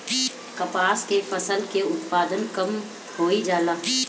कपास के फसल के उत्पादन कम होइ जाला?